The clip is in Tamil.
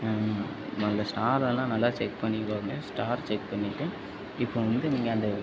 முதல்ல ஸ்டாரல்லாம் நல்லா செக் பண்ணி பாருங்கள் ஸ்டார் செக் பண்ணிவிட்டு இப்போ வந்து நீங்கள் அந்த